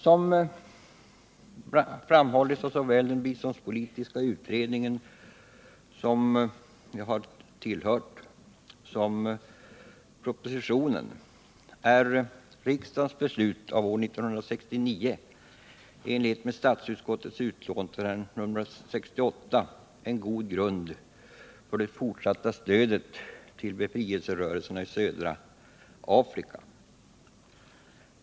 Som framhållits såväl av biståndspolitiska utredningen som i propositionen är riksdagens beslut av år 1969, i enlighet med statsutskottets utlåtande nr 82, en god grund för det fortsatta stödet till befrielserörelserna i södra Afrika.